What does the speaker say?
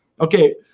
Okay